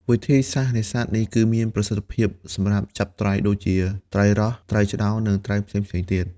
វិធីសាស្ត្រនេសាទនេះគឺមានប្រសិទ្ធភាពសម្រាប់ចាប់ត្រីដូចជា ត្រីរ៉ស់ ត្រីឆ្ដោ និងត្រីផ្សេងៗទៀត។